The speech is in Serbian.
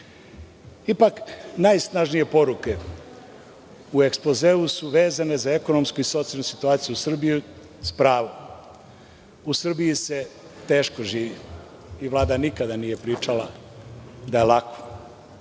najsnažnije poruke u ekspozeu su vezane za ekonomsku i socijalnu situaciju u Srbiji sa pravom. U Srbiji se teško živi i Vlada nikada nije pričala da je lako.